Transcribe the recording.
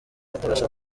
kutabasha